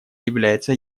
является